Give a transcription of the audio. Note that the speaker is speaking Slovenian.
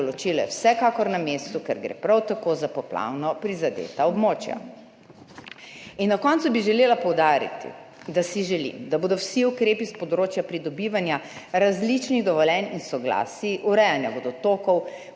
določilo je vsekakor na mestu, ker gre prav tako za poplavno prizadeta območja. In na koncu bi želela poudariti, da si želim, da bodo vsi ukrepi s področja pridobivanja različnih dovoljenj in soglasij, urejanja vodotokov,